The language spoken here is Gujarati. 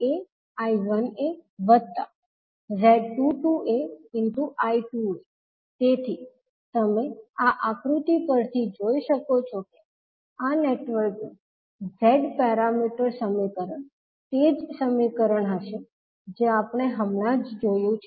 એ જ રીતે V2aZ21aI1aZ22aI2a તેથી તમે આ આકૃતિ પરથી જોઈ શકો છો કે આ નેટવર્કનું Z પેરામીટર સમીકરણ તેજ સમીકરણ હશે જે આપણે હમણાં જ જોયું છે